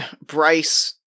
Bryce